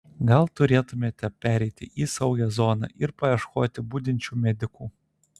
gal turėtumėme pereiti į saugią zoną ir paieškoti budinčių medikų